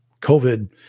COVID